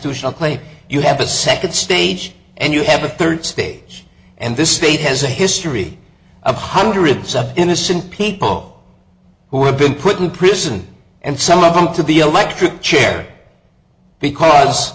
claim you have a second stage and you have a third stage and this state has a history of hundreds of innocent people who have been put in prison and some of them to be electric chair because